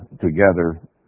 together